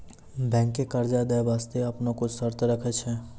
बैंकें कर्जा दै बास्ते आपनो कुछ शर्त राखै छै